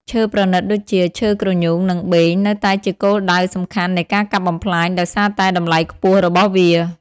ឈើប្រណិតដូចជា ឈើគ្រញូង និងបេង នៅតែជាគោលដៅសំខាន់នៃការកាប់បំផ្លាញ ដោយសារតែតម្លៃខ្ពស់របស់វា។